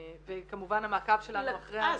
וכמובן המעקב שלנו אחרי -- אה,